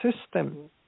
system